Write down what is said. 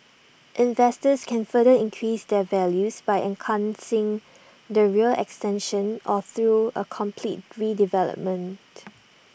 investors can further increase their values by enhancing the rear extension or through A complete redevelopment